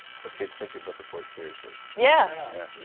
so kids, take your book report seriously. yeah,